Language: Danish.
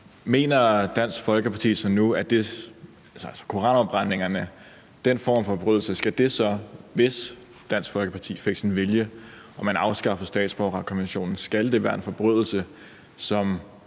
Mener Dansk Folkeparti så nu, at koranafbrændinger og den form for forbrydelser, hvis Dansk Folkeparti fik sin vilje og man afskaffede statsborgerretskonventionen, skal være forbrydelser, som